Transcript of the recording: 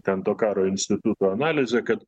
ten to karo instituto analizė kad